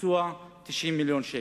והביצוע הוא 90 מיליון שקל.